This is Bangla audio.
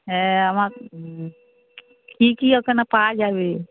হ্যাঁ আমার কী কী ওখানে পাওয়া যাবে